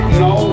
no